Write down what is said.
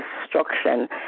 destruction